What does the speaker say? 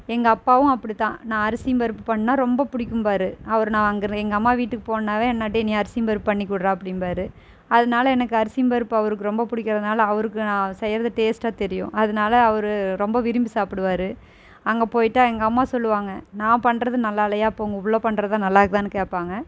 எங்கள் அப்பாவும் அப்படி தான் நான் அரிசிம்பருப்பு பண்ணால் ரொம்ப பிடிக்கும்பாரு அவர் நான் அங்கரு எங்கள் அம்மா வீட்டுக்கு போனாவே என்ன டேய் நீ அரிசிம்பருப்பு பண்ணிக்கொடுறா அப்படிம்பாரு அதனால எனக்கு அரிசிம்பருப்பு அவருக்கு ரொம்ப பிடிக்கறதினால அவருக்கு நான் செய்கிறது டேஸ்ட்டாக தெரியும் அதனால அவரு ரொம்ப விரும்பி சாப்பிடுவாரு அங்கே போயிட்டால் எங்கள் அம்மா சொல்லுவாங்க நான் பண்ணுறது நல்லா இல்லையா அப்போது உங்கள் பிள்ள பண்ணுறது தான் நல்லா இருக்குதானு கேட்பாங்க